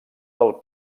del